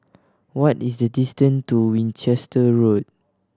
what is the distan to Winchester Road